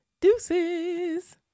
deuces